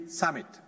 summit